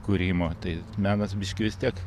kūrimo tai menas biški vis tiek